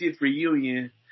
reunion